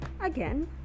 Again